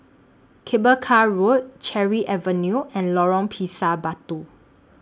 Cable Car Road Cherry Avenue and Lorong Pisang Batu